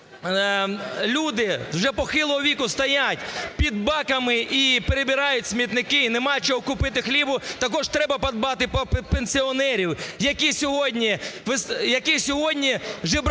люди вже похилого віку вже стоять під баками і перебирають смітники, і нема чого купити, хлібу, також треба подбати про пенсіонерів, які сьогодні жебракують